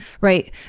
right